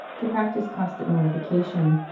to practise constant mortification,